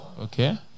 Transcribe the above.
Okay